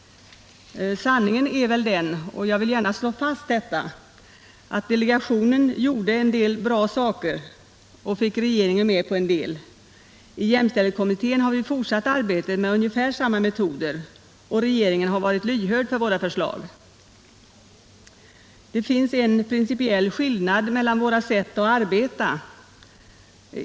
Sanningen är väl den — och jag vill gärna slå fast detta — att delegationen gjorde en del bra saker och fick regeringen med på en del. I jämställdhetskommittén har vi fortsatt arbetet med ungefär samma metoder, och regeringen har varit lyhörd för våra förslag. Det finns en principiell skillnad mellan våra sätt att arbeta.